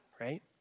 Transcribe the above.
right